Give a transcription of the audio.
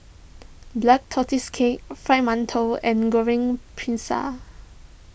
Black Tortoise Cake Fried Mantou and Goreng Pisang